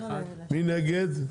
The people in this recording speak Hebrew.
מי נגד?